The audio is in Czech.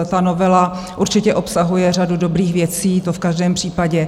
Ta novela určitě obsahuje řadu dobrých věcí, to v každém případě.